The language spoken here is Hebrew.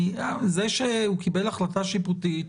אז אולי רפרנטית ועדת שחרורים אצלנו תוכל להסביר את זה,